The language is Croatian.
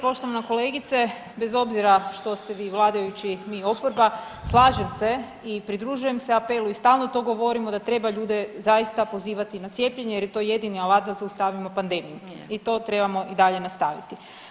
Poštovana kolegice, bez obzira što ste vi vladajući, mi oporba slažem se i pridružujem se apelu i stalno to govorimo da treba ljude zaista pozivati na cijepljenje jer je to jedini alat da zaustavimo pandemiju i to trebamo i dalje nastaviti.